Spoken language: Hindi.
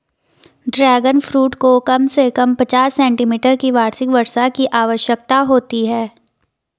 ड्रैगन फ्रूट को कम से कम पचास सेंटीमीटर की वार्षिक वर्षा की आवश्यकता होती है